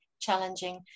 challenging